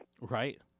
Right